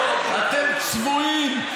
אתם צבועים.